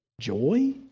joy